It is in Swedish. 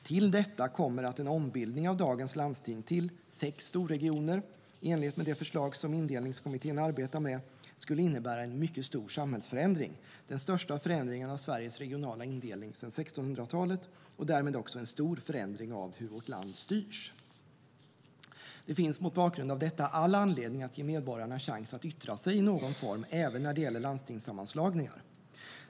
Till detta kommer att en ombildning av dagens landsting till sex storregioner, i enlighet med det förslag som Indelningskommittén arbetar med, skulle innebära en mycket stor samhällsförändring. Det skulle vara den största förändringen av Sveriges regionala indelning sedan 1600-talet och därmed också en stor förändring av hur vårt land styrs. Det finns mot bakgrund av detta all anledning att ge medborgarna chans att yttra sig i någon form även när det gäller landstingssammanslagningar.